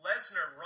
Lesnar